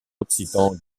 occitan